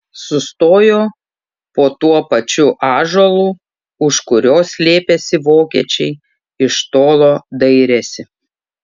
sustojo po tuo pačiu ąžuolu už kurio slėpėsi vokiečiai iš tolo dairėsi